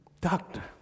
doctor